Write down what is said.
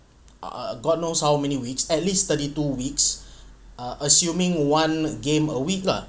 uh uh god knows how many weeks at least thirty two weeks err assuming one game a week lah